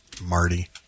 Marty